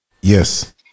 Yes